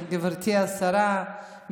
גברתי השרה,